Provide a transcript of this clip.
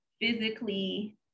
physically